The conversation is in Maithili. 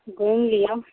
घुमि लिअऽ